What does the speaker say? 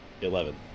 Eleven